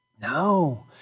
No